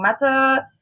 matter